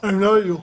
הם לא יהיו.